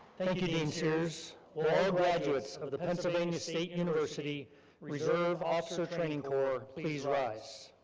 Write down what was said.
thank you dean sears. will all graduates of the pennsylvania state university reserve officer training core please rise?